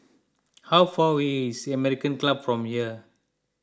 how far away is American Club from here